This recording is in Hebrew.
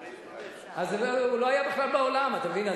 בן 45. אז הוא לא היה בכלל בעולם, אתה מבין?